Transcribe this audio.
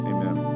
Amen